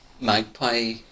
magpie